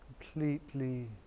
completely